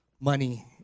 money